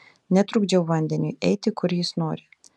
netrukdžiau vandeniui eiti kur jis nori